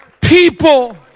people